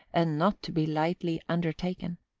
and not to be lightly undertaken.